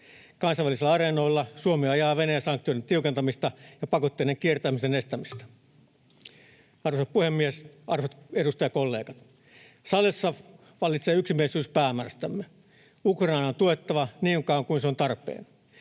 Kansainvälisillä areenoilla Suomi ajaa Venäjä-sanktioiden tiukentamista ja pakotteiden kiertämisen estämistä. Arvoisa puhemies! Arvoisat edustajakollegat! Salissa vallitsee yksimielisyys päämäärästämme: Ukrainaa on tuettava niin kauan kuin se on tarpeen.